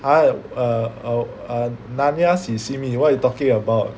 !huh! err err err Narnia si~ simi what you talking about